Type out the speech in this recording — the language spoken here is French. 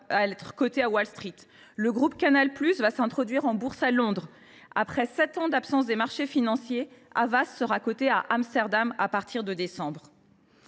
être coté à Wall Street ; le groupe Canal+ va s’introduire en bourse à Londres ; après sept ans d’absence des marchés financiers, Havas sera coté à Amsterdam à partir de décembre.